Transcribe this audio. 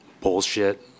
bullshit